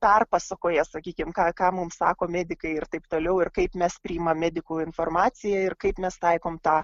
perpasakoja sakykim ką ką mum sako medikai ir taip toliau ir kaip mes priimam medikų informaciją ir kaip mes taikom tą